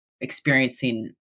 experiencing